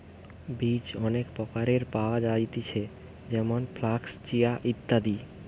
বীজ অনেক প্রকারের পাওয়া যায়তিছে যেমন ফ্লাক্স, চিয়া, ইত্যাদি